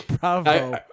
Bravo